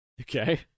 Okay